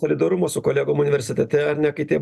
solidarumo su kolegom universitete ar ne kai tie